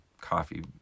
coffee